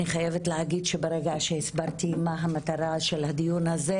אני חייבת להגיד שברגע שהסברתי מה המטרה של הדיון הזה